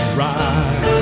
right